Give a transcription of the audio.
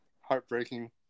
heartbreaking